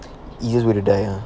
easy way to die